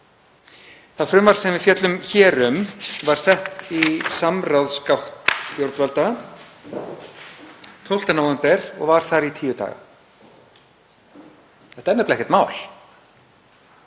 Það frumvarp sem við fjöllum hér um var sett í samráðsgátt stjórnvalda 12. nóvember og var þar í tíu daga. Þetta er nefnilega ekkert mál.